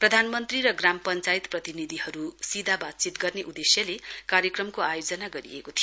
प्रधानमन्त्री र ग्राम पञ्चायत प्रतिनिधिहरू सीधा बातचीत गर्ने उद्देश्यले कार्यक्रमको आयोजना गरिएको थियो